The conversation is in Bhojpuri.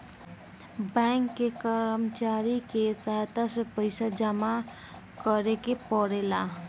बैंक के कर्मचारी के सहायता से पइसा जामा करेके पड़ेला